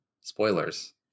spoilers